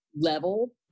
level